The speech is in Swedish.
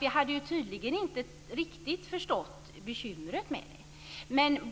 Vi hade tydligen inte riktigt förstått bekymret med det.